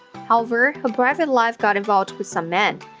however, her private life got involved with some men.